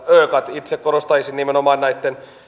itse korostaisin nimenomaan näitten